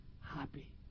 happy